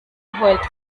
heult